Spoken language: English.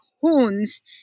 horns